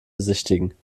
besichtigen